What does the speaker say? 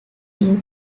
due